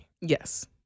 yes